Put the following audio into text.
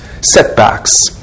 setbacks